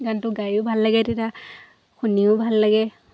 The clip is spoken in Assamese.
গানটো গায়ো ভাল লাগে তেতিয়া শুনিও ভাল লাগে